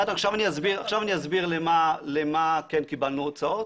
עכשיו אני אסביר למה כן קיבלנו הוצאות,